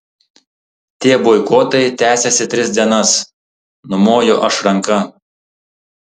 tie boikotai tęsiasi tris dienas numoju aš ranka